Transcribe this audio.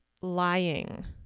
lying